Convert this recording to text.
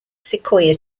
sequoia